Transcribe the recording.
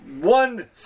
one